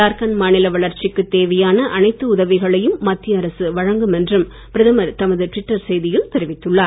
ஜார்கன்ட் மாநில வளர்ச்சிக்கு தேவையான அனைத்து உதவிகளையும் மத்திய அரசு வழங்கும் என்று பிரதமர் தமது ட்விட்டர் செய்தியில் தெரிவித்துள்ளார்